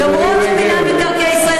למרות שמינהל מקרקעי ישראל,